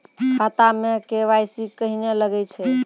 खाता मे के.वाई.सी कहिने लगय छै?